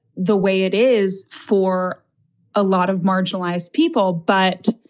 the way it is for a lot of marginalized people. but